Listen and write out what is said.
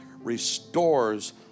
restores